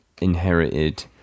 inherited